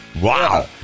Wow